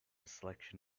selection